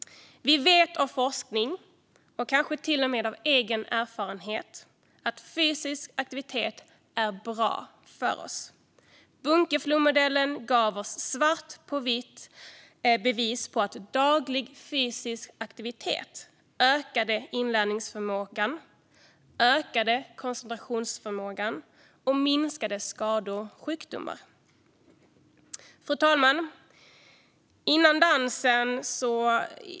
Vi vet från forskning och kanske till och med av egen erfarenhet att fysisk aktivitet är bra för oss. Bunkeflomodellen gav oss bevis svart på vitt att daglig fysisk aktivitet ökade inlärningsförmågan, ökade koncentrationsförmågan och minskade skador och sjukdomar. Fru talman!